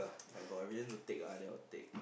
I got a reason to take ah I never take